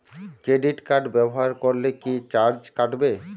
Credit card ব্যাবহার করলে কি চার্জ কাটবে?